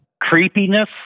creepiness